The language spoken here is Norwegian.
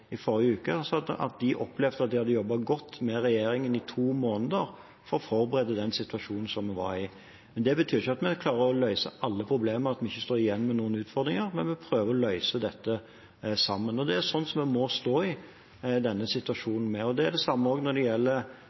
forrige uke, opplevde de at det i to måneder ble jobbet godt med regjeringen for å forberede den situasjonen man var i. Det betyr ikke at vi klarer å løse alle problemer, og at vi ikke står igjen med noen utfordringer, men vi prøver å løse dette sammen. Det er slik vi må stå i denne situasjonen. Det er det samme når det